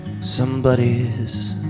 Somebody's